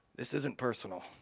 this isn't personal